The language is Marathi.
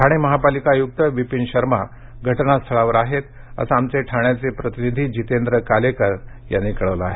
ठाणे महापालिका आयुक्त विपीन शर्मा घटनास्थळावर आहेत असं आमचे ठाण्याचे प्रतिनिधी जितेंद्र कालेकर यांनी कळवलं आहे